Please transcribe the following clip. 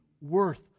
worth